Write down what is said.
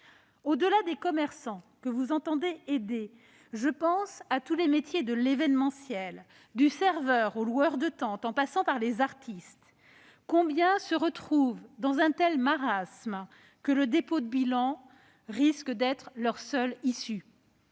Au-delà des commerçants, que vous entendez aider, je pense à tous les métiers de l'événementiel, du serveur au loueur de tentes, en passant par les artistes. Combien se retrouvent dans un marasme tel que le dépôt de bilan risque d'être leur seule issue ?